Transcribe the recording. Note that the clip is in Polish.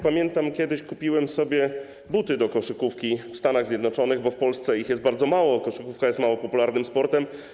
Pamiętam, jak kiedyś kupiłem sobie buty do koszykówki w Stanach Zjednoczonych, bo w Polsce jest ich bardzo mało, koszykówka jest mało popularnym sportem.